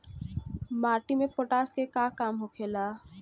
माटी में पोटाश के का काम होखेला?